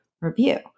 review